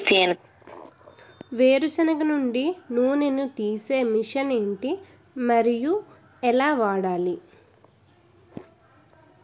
వేరు సెనగ నుండి నూనె నీ తీసే మెషిన్ ఏంటి? మరియు ఎలా వాడాలి?